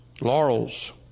laurels